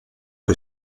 que